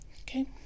Okay